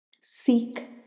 Seek